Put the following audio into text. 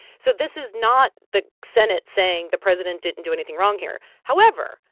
so this is not the senate saying the president didn't do anything wrong here. however,